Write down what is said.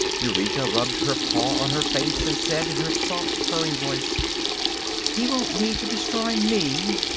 eureka rubbed her paw on her face and said in her soft, purring voice he won't need to destroy me,